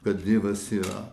kad dievas yra